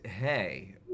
hey